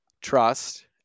trust